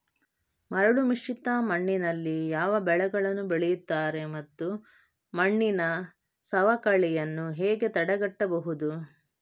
ಮರಳುಮಿಶ್ರಿತ ಮಣ್ಣಿನಲ್ಲಿ ಯಾವ ಬೆಳೆಗಳನ್ನು ಬೆಳೆಯುತ್ತಾರೆ ಮತ್ತು ಮಣ್ಣಿನ ಸವಕಳಿಯನ್ನು ಹೇಗೆ ತಡೆಗಟ್ಟಬಹುದು?